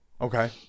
Okay